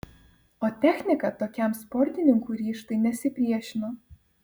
o technika tokiam sportininkų ryžtui nesipriešino